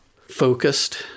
focused